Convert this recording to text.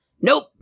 Nope